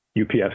UPS